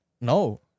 No